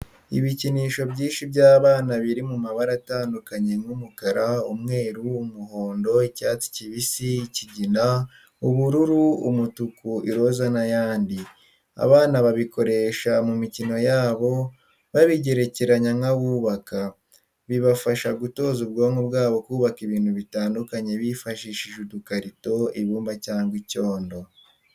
Ibikinisho byinshi by'abana biri mu mabara atandukanye nk'umukara, umweru, umuhondo, icyatsi kibisi, ikigina, ubururu, umutuku, iroza n'ayandi. Abana babikoresha mu mikino yabo, babigerekeranya nk'abubaka. Bibafasha gutoza ubwonko bwabo kubaka ibintu bitandukanye bifashishije udukarito, ibumba cyangwa icyondo.